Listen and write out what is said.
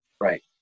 Right